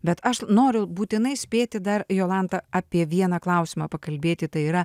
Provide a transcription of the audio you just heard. bet aš noriu būtinai spėti dar jolanta apie vieną klausimą pakalbėti tai yra